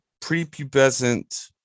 prepubescent